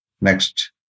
Next